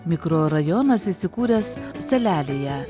mikrorajonas įsikūręs salelėje